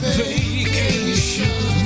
vacation